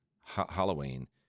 Halloween